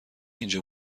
اینجا